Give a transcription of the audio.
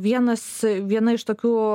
vienas viena iš tokių